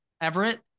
Everett